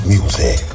Music